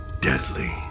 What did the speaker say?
deadly